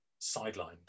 sidelined